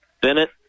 Bennett